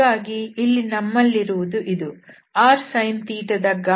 ಹಾಗಾಗಿ ಇಲ್ಲಿ ನಮ್ಮಲ್ಲಿರುವುದು ಇದು rsin ದ ಗಾತ್ರ